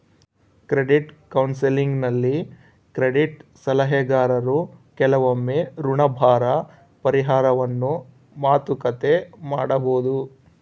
credit ಕೌನ್ಸೆಲಿಂಗ್ನಲ್ಲಿ credit ಸಲಹೆಗಾರರು ಕೆಲವೊಮ್ಮೆ ಋಣಭಾರ ಪರಿಹಾರವನ್ನು ಮಾತುಕತೆ ಮಾಡಬೊದು